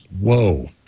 Whoa